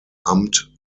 amt